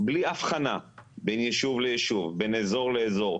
בלי הבחנה בין יישוב ליישוב, בין אזור לאזור.